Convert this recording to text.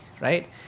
right